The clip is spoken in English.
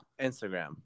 instagram